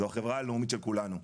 זו החברה הלאומית של כולנו.